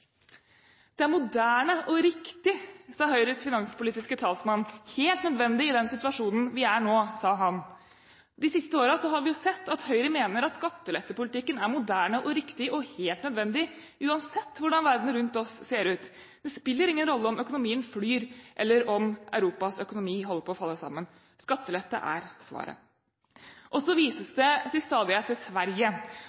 skattelettepolitikken er moderne og riktig og helt nødvendig, uansett hvordan verden rundt oss ser ut. Det spiller ingen rolle om økonomien flyr, eller om Europas økonomi holder på å falle sammen. Skattelette er svaret. Så vises